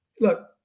look